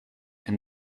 and